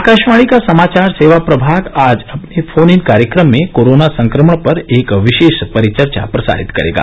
आकाशवाणी का समाचार सेवा प्रभाग आज अपने फोन इन कार्यक्रम में कोरोना संक्रमण पर एक विशेष परिचर्चा प्रसारित करेगा